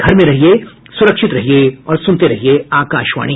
घर में रहिये सुरक्षित रहिये और सुनते रहिये आकाशवाणी